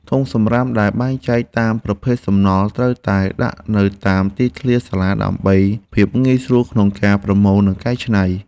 ធុងសំរាមដែលបែងចែកតាមប្រភេទសំណល់ត្រូវតែដាក់នៅតាមទីធ្លាសាលាដើម្បីភាពងាយស្រួលក្នុងការប្រមូលនិងកែច្នៃ។